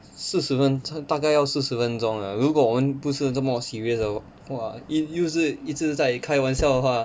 四十分钟大概要四十分钟了如果我们不是这么 serious 的话又是一直在开玩笑的话